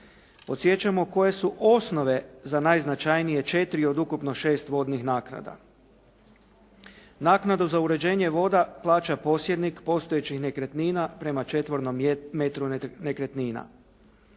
Podsjećamo koje su osnove za najznačajnije 4 od ukupno 6 vodnih naknada. Naknadu za uređenje voda plaća posjednik posjednik postojećih nekretnina prema četvernom metru nekretnina.